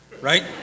right